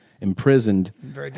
imprisoned